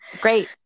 Great